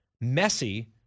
messy